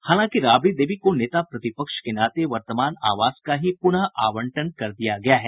हालांकि राबड़ी देवी को नेता प्रतिपक्ष के नाते वर्तमान आवास का ही पुनः आवंटन कर दिया गया है